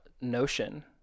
notion